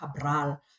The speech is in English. Cabral